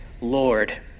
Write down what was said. Lord